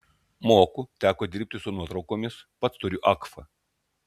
moku teko dirbti su nuotraukomis pats turiu agfa